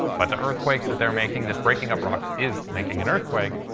but the earthquakes that they're making, this breaking up rocks, is making an earthquake,